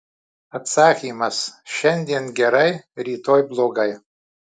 atsakymas šiandien gerai rytoj blogai